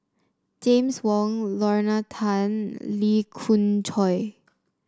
James Wong Lorna Tan Lee Khoon Choy